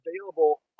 available